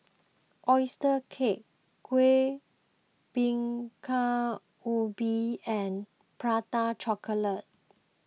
Oyster Cake Kueh Bingka Ubi and Prata Chocolate